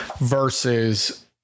versus